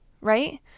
right